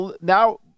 now